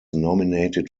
nominated